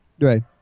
Right